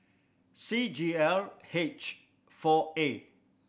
C G L H four A